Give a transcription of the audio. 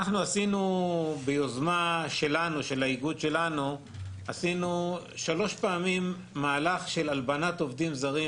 עשינו ביוזמה של האיגוד שלנו שלוש פעמים מהלך של "הלבנת" עובדים זרים